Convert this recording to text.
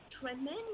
tremendous